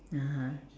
(uh huh)